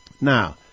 Now